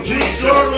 Jesus